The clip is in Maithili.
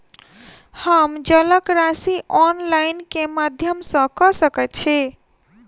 हम जलक राशि ऑनलाइन केँ माध्यम सँ कऽ सकैत छी?